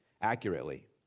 accurately